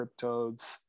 cryptodes